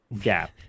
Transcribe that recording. gap